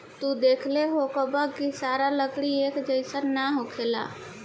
तू देखले होखबऽ की सारा लकड़ी एक जइसन ना होखेला